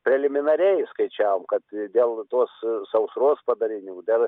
preliminariai skaičiavom kad dėl tos sausros padarinių dėl